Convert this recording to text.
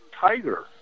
tiger